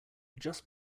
just